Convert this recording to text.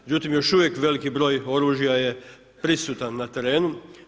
Međutim, još uvijek veliki broj oružja je prisutan na terenu.